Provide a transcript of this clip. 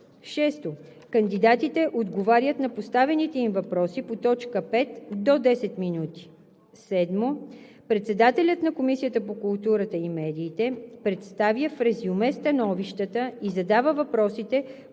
6. Кандидатите отговарят на поставените им въпроси по т. 5 – до 10 минути. 7. Председателят на Комисията по културата и медиите представя в резюме становищата и задава въпросите,